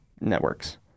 networks